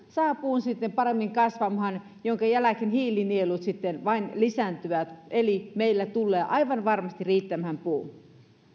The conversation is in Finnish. sahapuun sitten paremmin kasvamaan minkä jälkeen hiilinielut vain lisääntyvät eli meillä tulee aivan varmasti riittämään puu vuonna